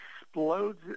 explodes